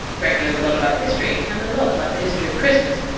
greg knows a lot about history, and a lot about the history of christmas.